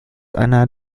einer